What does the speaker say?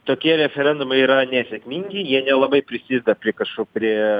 tokie referendumai yra nesėkmingi jie nelabai prisideda prie kažko prie